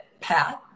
path